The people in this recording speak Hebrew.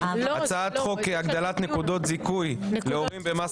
הצעת חוק הגדלת נקודות זיכוי להורים במס